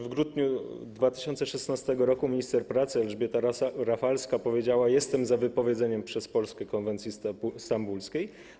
W grudniu 2016 r. minister pracy Elżbieta Rafalska powiedziała: jestem za wypowiedzeniem przez Polskę konwencji stambulskiej.